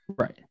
Right